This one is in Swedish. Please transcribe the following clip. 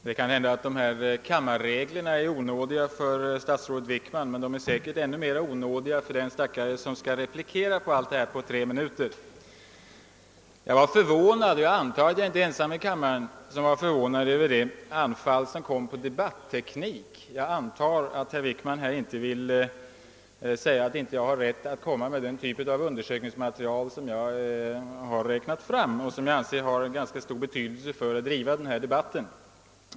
Herr talman! Det kan hända att kammarens regler är onådiga mot statsrådet Wickman, men de är säkerligen ännu mer onådiga mot den stackare som på tre minuter skall replikera på allt vad han har sagt. Jag var förvånad — och jag antar att jag inte var ensam i kammaren om det — över det angrepp som statsrådet Wickman riktade mot min debattteknik. Jag förmodar att han inte vill göra gällande att jag inte har rätt att visa upp den typ av undersökningsmaterial som jag har räknat fram och som jag anser ha ganska stor betydelse för denna debatt.